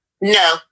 No